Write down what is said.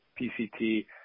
PCT